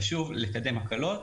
חשוב לקדם הקלות,